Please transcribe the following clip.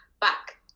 back